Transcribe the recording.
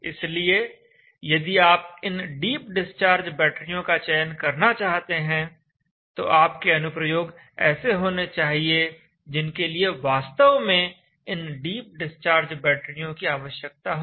इसलिए यदि आप इन डीप डिस्चार्ज बैटरियों का चयन करना चाहते हैं तो आप के अनुप्रयोग ऐसे होने चाहिए जिनके लिए वास्तव में इन डीप डिस्चार्ज बैटरियों की आवश्यकता हो